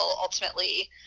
ultimately